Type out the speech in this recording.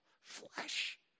flesh